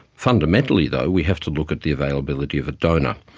fundamentally though we have to look at the availability of a donor.